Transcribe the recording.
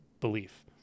belief